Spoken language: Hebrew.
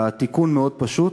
התיקון מאוד פשוט: